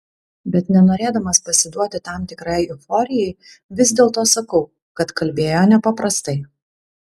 bet nenorėdamas pasiduoti tam tikrai euforijai vis dėlto sakau kad kalbėjo nepaprastai